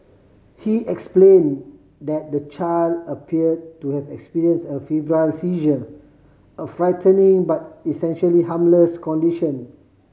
he explain that the child appear to have experience a febrile seizure a frightening but essentially harmless condition